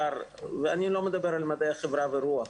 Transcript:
אני לא מדבר על מדעי החברה והרוח,